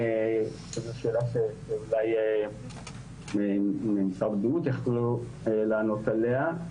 זאת שאלה שאולי משרד הבריאות יוכלו לענות עליה.